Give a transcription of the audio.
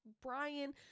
Brian